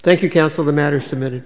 thank you counsel the matter submitted